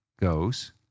goes